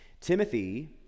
Timothy